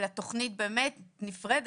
אלא תכנית באמת נפרדת,